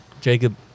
Jacob